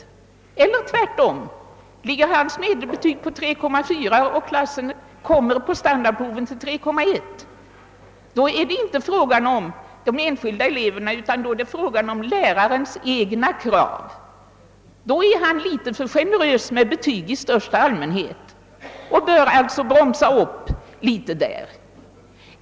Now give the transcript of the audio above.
Om förhållandet skulle vara det motsatta, d. v. s. att hans medelbetyg ligger på 3,4 och klassen vid standardprovet uppnår ett genomsnittsbetyg av 3,1, ligger inte felet hos de enskilda elevernas nivå utan hos lärarens egna krav. Han är litet för generös och bör bromsa upp sin betygsättning.